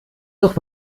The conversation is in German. doch